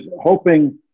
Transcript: hoping